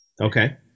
Okay